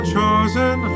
chosen